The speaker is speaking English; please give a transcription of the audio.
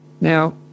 Now